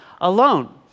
alone